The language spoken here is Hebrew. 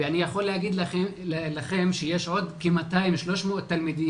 ואני יכול להגיד לכם שיש עוד כ-200 300 תלמידים